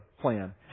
plan